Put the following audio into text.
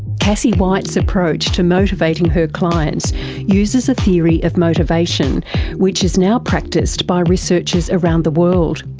cassie white's approach to motivating her clients uses a theory of motivation which is now practiced by researchers around the world.